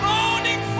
Morning